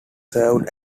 served